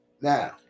Now